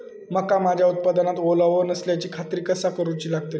मका माझ्या उत्पादनात ओलावो नसल्याची खात्री कसा करुची लागतली?